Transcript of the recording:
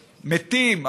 מתים,